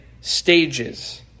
stages